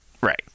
right